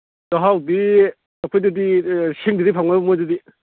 ꯆꯥꯛꯍꯥꯎꯗꯤ ꯑꯩꯈꯣꯏꯗꯗꯤ ꯁꯤꯡꯗꯗꯤ ꯐꯪꯉꯣꯏꯕꯣ ꯃꯣꯏꯗꯗꯤ